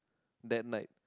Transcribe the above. that night